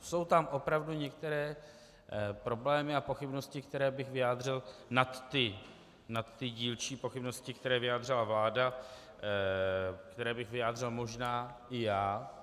Jsou tam opravdu některé problémy a pochybnosti, které bych vyjádřil nad ty dílčí pochybnosti, které vyjádřila vláda, které bych vyjádřil možná i já.